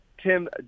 Tim